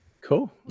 Cool